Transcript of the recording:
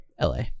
la